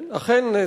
כן.